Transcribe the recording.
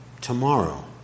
tomorrow